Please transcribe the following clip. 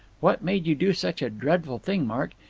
what made you do such a dreadful thing, mark?